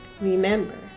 Remember